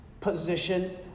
position